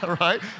right